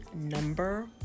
number